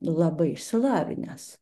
labai išsilavinęs